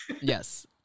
yes